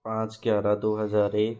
पाँच ग्यारह दो हज़ार एक